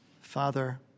Father